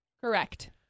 Correct